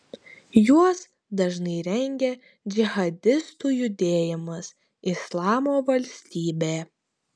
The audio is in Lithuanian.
juos dažnai rengia džihadistų judėjimas islamo valstybė